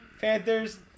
Panthers